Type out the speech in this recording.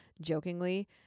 jokingly